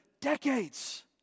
decades